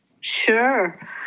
Sure